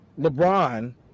lebron